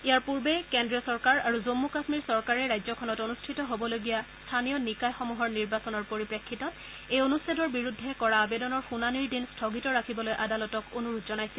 ইয়াৰ পুৰ্বে কেন্দ্ৰীয় চৰকাৰ আৰু জম্মু কামীৰ চৰকাৰে ৰাজ্যখনত অনুষ্ঠিত হ'বলগীয়া স্থানীয় নিকায়সমূহৰ নিৰ্বাচনৰ পৰিপ্ৰেক্ষিতত এই অনুচ্ছেদৰ বিৰুদ্ধে কৰা আবেদনৰ শুনানিৰ দিন স্থগিত ৰাখিবলৈ আদালতক অনুৰোধ জনাইছে